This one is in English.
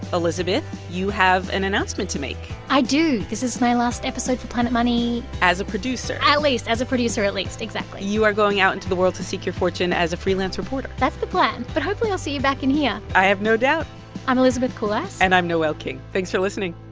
elizabeth, you have an announcement to make i do. this is my last episode for planet money. as a producer at least. as a producer, at least. exactly you are going out into the world to seek your fortune as a freelance reporter that's the plan. but, hopefully, i'll see you back in here i have no doubt i'm elizabeth kulas and i'm noel king. thanks for listening